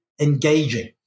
engaging